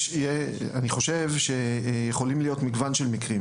אני חושב שיכולים להיות מגוון של מקרים.